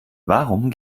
warum